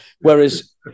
Whereas